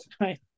right